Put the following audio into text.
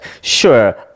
sure